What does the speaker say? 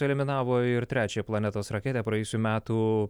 eliminavo ir trečią planetos raketę praėjusių metų